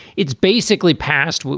it's basically passed.